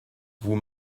vous